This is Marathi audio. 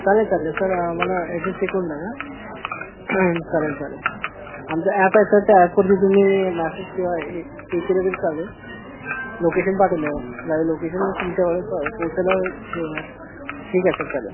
चालेल चालेल सर आम्हाला ऍड्रेस हे करून टाका चालेल चालेल आमचा अॅप आहे सर त्या अॅपवरती तुम्ही मॅसेज किंवा पे केलं तरी चालेल लोकेशन पाठवलंय बघा लाईव लोकेशन मग तुमच्या ऑर्डरपर्यंत पोचायला हे होणार ठीक आहे सर चालेल